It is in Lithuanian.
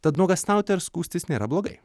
tad nuogąstauti ar skųstis nėra blogai